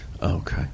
Okay